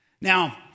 Now